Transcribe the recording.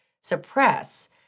suppress